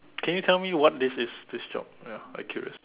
can you tell me what this is this job ya accurate